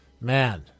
man